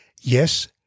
Yes